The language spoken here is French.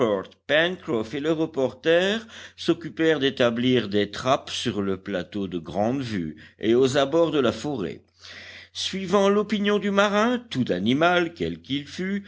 et le reporter s'occupèrent d'établir des trappes sur le plateau de grande vue et aux abords de la forêt suivant l'opinion du marin tout animal quel qu'il fût